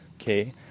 okay